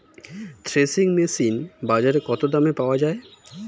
Threshing machine বাজারে কত দামে পাওয়া যায়?